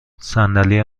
صندلی